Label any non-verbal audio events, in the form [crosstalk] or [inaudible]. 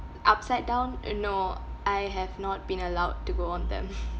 upside down uh no I have not been allowed to go on them [laughs]